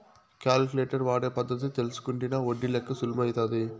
calculator వాడే పద్ధతి తెల్సుకుంటినా ఒడ్డి లెక్క సులుమైతాది